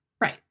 right